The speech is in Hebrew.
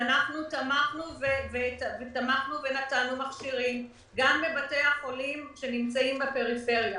שאנחנו תמכנו ונתנו מכשירים גם לבתי החולים שנמצאים בפריפריה.